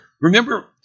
remember